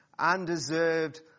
undeserved